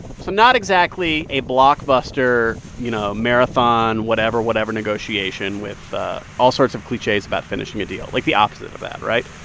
so not exactly a blockbuster, you know, a marathon, whatever, whatever negotiation with ah all sorts of cliches about finishing a deal like the opposite of that, right?